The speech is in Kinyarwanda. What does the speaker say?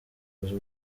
uzwi